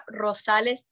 Rosales